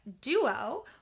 duo